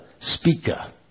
speaker